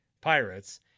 Pirates